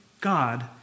God